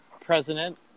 President